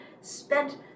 spent